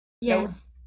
Yes